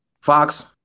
Fox